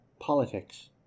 politics